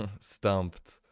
Stumped